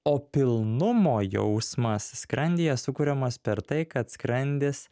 o pilnumo jausmas skrandyje sukuriamas per tai kad skrandis